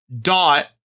dot